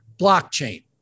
blockchain